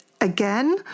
again